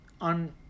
on